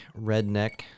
redneck